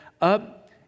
up